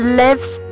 lives